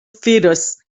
fetus